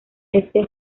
éste